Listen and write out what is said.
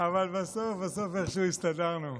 בסוף בסוף איכשהו הסתדרנו.